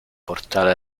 portale